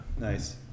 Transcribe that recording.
nice